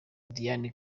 diana